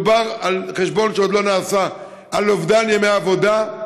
מדובר על חשבון שעוד לא נעשה על אובדן ימי עבודה,